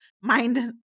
mind